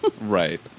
Right